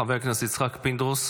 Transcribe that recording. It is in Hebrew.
חבר הכנסת יצחק פינדרוס,